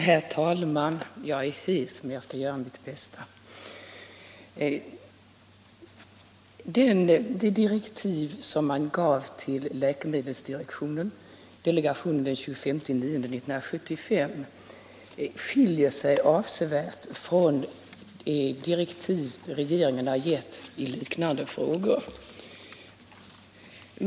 Herr talman! De direktiv som regeringen gav till läkemedelsindustridelegationen den 25 september 1975 skiljer sig avsevärt från de direktiv regeringen har gett i liknande frågor.